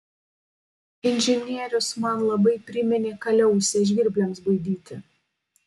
inžinierius man labai priminė kaliausę žvirbliams baidyti